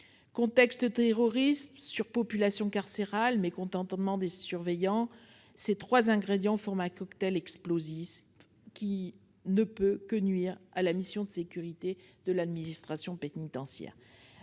Contexte terroriste, surpopulation carcérale et mécontentement des surveillants : ces trois ingrédients forment un cocktail explosif qui ne peut que nuire à la mission de sécurité de l'administration pénitentiaire.